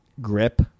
grip